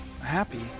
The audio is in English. happy